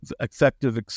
effective